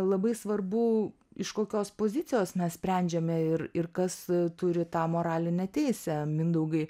labai svarbu iš kokios pozicijos mes sprendžiame ir ir kas turi tą moralinę teisę mindaugai